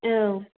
औ